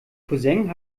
cousin